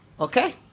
okay